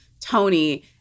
tony